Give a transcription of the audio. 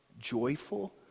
Joyful